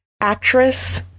actress